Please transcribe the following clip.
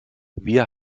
wir